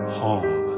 home